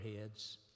heads